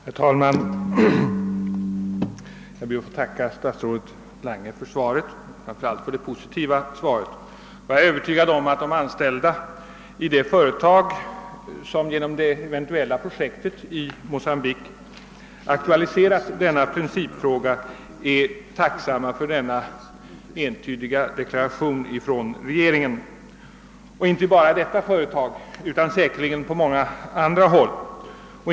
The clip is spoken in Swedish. Herr talman! Jag ber att få tacka statsrådet Lange för svaret och framför allt för att innehållet var så positivt. Jag är övertygad om att de anställda i det företag som genom det eventuella projektet i Mocambique aktualiserat principfrågan är tacksamma för denna entydiga deklaration från regeringen. Och det gäller säkerligen inte bara inom detta företag utan på många andra håll.